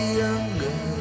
younger